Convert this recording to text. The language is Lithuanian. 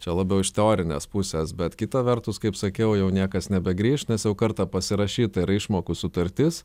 čia labiau iš teorinės pusės bet kita vertus kaip sakiau jau niekas nebegrįš nes jau kartą pasirašyta ir išmokų sutartis